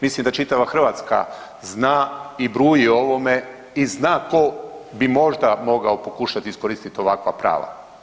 Mislim da čitava Hrvatska zna i bruji o ovome i zna tko bi možda mogao pokušati iskoristiti ovakva prava.